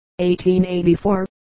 1884